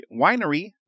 Winery